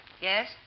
Yes